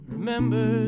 Remember